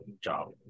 job